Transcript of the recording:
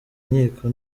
inkiko